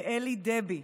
לאלי דבי,